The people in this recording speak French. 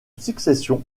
succession